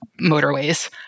motorways